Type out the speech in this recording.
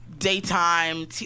daytime